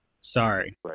Sorry